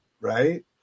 right